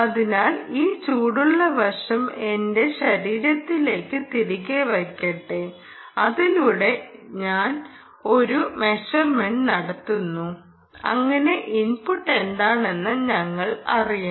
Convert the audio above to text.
അതിനാൽ ഈ ചൂടുള്ള വശം എന്റെ ശരീരത്തിലേക്ക് തിരികെ വയ്ക്കട്ടെ അതിലൂടെ ഞാൻ ഒരു മെഷർമെന്റ് നടത്തുന്നു അങ്ങനെ ഇൻപുട്ട് എന്താണെന്ന് ഞങ്ങൾക്ക് അറിയാം